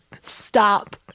Stop